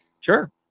sure